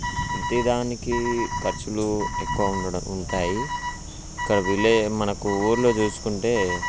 ప్రతీ దానికీ ఖర్చులూ ఎక్కువ ఉండ ఉంటాయి ఇక విలేజ్ మనకు ఊళ్ళో చూసుకుంటే